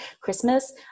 christmas